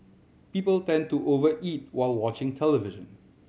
people tend to over eat while watching television